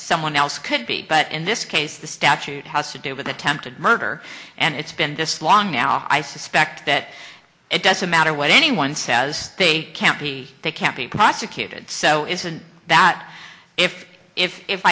someone else could be but in this case the statute has to do with attempted murder and it's been this long now i suspect that it doesn't matter what anyone says they can't be they can't be prosecuted so isn't that if if if